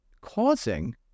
causing